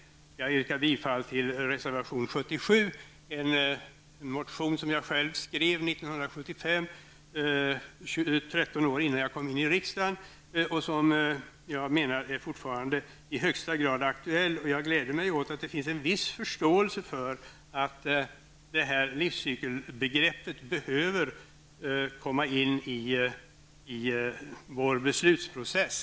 Jag yrkar bifall till reservation 77. Den bygger på en motion som jag själv skrev 1975, 13 år innan jag kom in i riksdagen, och som jag menar fortfarande är i högsta grad aktuell. Jag gläder mig åt att det finns en viss förståelse för att livscykelbegreppet behöver komma in i vår beslutsprocess.